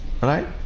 Right